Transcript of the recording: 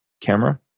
camera